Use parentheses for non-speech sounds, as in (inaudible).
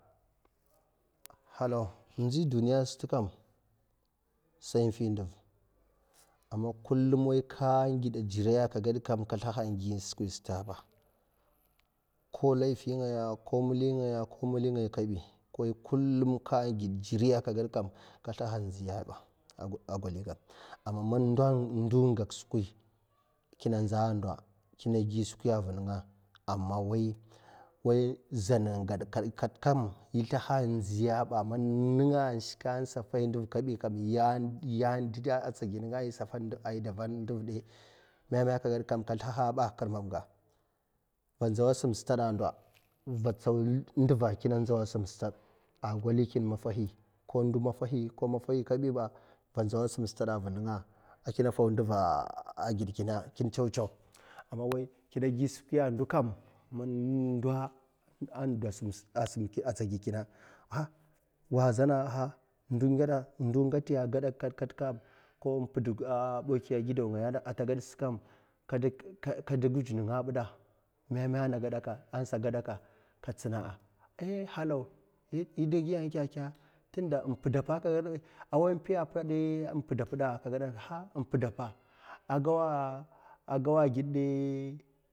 (noise) Halaw inzi duniya sat kam sai infi nduv a' man ka man a' gid jeri a' ka gad kam ka sliha'a, gi skwi tetaba ko meli ngaya ko meli ngaya kabi ka git jheri a ka gadkam a giyaba a' gwaliga a man ndo man mgak skwi kina nza a' ndo a, amma wai zana gad kat kam isiha'a, nzigaba man ninga a shika a' safai nduv kabi kam ide a' tsigi ningaa, ai sa tan nduva memaba a' ka fed kam ksli habakir mamga va nzaw a sam stad a' ndo va tsaw nduva' kina nzaw a' sam stad a' gwalikin maffahi ko maffahi kabiba vunzuwa a' sam stad vinzawa'a, sam stad a' kina fou nduva kin tsaw tsaw a, ma wai kina gi skwi a' ndo kam man ndo inde a' tsiged kina ndon natiya a' gedak kam kor inped kat kam bakwi a' gidaw nga nagedak kam guzh ninga'a, bidāda katsina i halaw igiye keka tinda mpedapa a' kaged kam a' wai piyapa, (unintelligible)